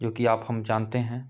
जो कि आप हम जानते हैं